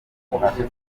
ubuhake